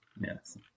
Yes